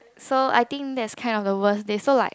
so I think that's kind of the worst so like